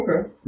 okay